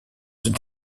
une